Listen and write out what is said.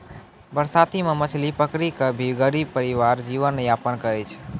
बरसाती मॅ मछली पकड़ी कॅ भी गरीब परिवार जीवन यापन करै छै